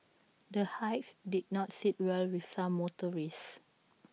the hikes did not sit well with some motorists